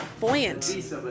buoyant